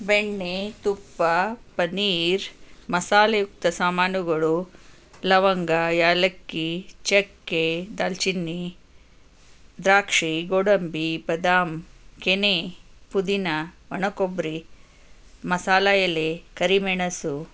ಬೆಣ್ಣೆ ತುಪ್ಪ ಪನ್ನೀರ್ ಮಸಾಲೆಯುಕ್ತ ಸಾಮಾನುಗಳು ಲವಂಗ ಏಲಕ್ಕಿ ಚಕ್ಕೆ ದಾಲ್ಚಿನ್ನಿ ದ್ರಾಕ್ಷಿ ಗೋಡಂಬಿ ಬಾದಾಮಿ ಕೆನೆ ಪುದಿನ ಒಣಕೊಬ್ಬರಿ ಮಸಾಲ ಎಲೆ ಕರಿಮೆಣಸು